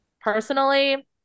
Personally